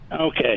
Okay